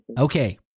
Okay